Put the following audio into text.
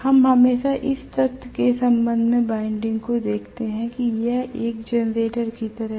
हम हमेशा इस तथ्य के संबंध में वाइंडिंग को देखते हैं कि यह एक जनरेटर की तरह है